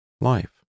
life